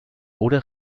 oder